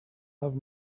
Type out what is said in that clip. have